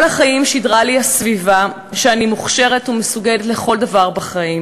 כל החיים שידרה לי הסביבה שאני מוכשרת ומסוגלת לכל דבר בחיים,